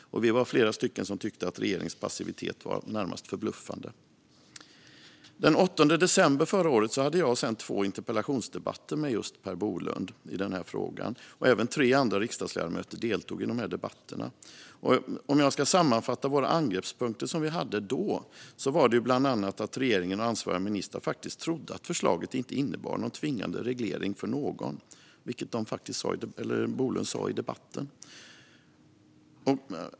Vi var flera som tyckte att regeringens passivitet var närmast förbluffande. Den 8 december förra året hade jag två interpellationsdebatter med Per Bolund i frågan. Även tre andra riksdagsledamöter deltog i debatterna. Låt mig sammanfatta våra angreppspunkter mot regeringen. De var följande: Regeringen och ansvariga ministrar trodde faktiskt att förslaget inte skulle innebära någon tvingande reglering för någon, vilket Bolund sa i debatten.